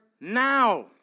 now